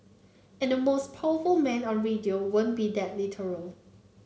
and the most powerful man on radio won't be that literal